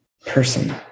person